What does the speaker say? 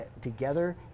together